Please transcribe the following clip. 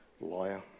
Liar